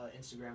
Instagram